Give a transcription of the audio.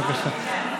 בבקשה.